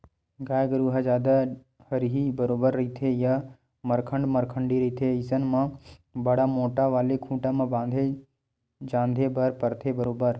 गाय गरु ह जादा हरही बरोबर रहिथे या मरखंडा मरखंडी रहिथे अइसन म बड़ मोट्ठा वाले खूटा म बांधे झांदे बर परथे बरोबर